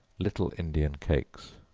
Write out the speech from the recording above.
little indian cakes.